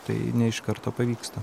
tai ne iš karto pavyksta